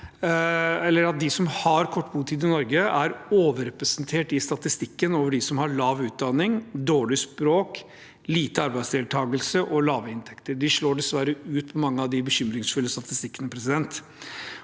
faktum at de som har kort botid i Norge, er overrepresentert i statistikken over dem som har lav utdanning, dårlig språk, lite arbeidsdeltakelse og lave inntekter. De slår dessverre ut på mange av de bekymringsfulle statistikkene. Derfor